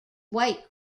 whyte